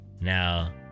Now